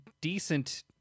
decent